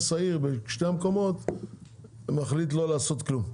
העיר בשני המקומות מחליט לא לעשות כלום.